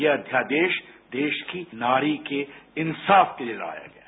ये अध्यादेश देश की नारी के इंसाफ के लिए लाया गया है